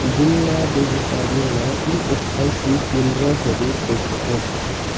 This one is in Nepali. जिल्ला बेगुसरायमा इएसआइसी केन्द्रहरू खोज्नुहोस्